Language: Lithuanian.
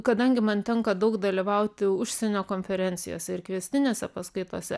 kadangi man tenka daug dalyvauti užsienio konferencijose ir kviestinėse paskaitose